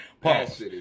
Pause